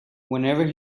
whenever